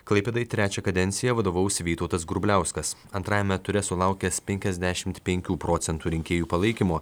klaipėdai trečią kadenciją vadovaus vytautas grubliauskas antrajame ture sulaukęs penkiasdešimt penkių procentų rinkėjų palaikymo